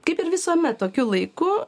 kaip ir visuomet tokiu laiku